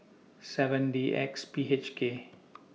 seven D X P H K